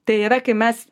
tai yra kai mes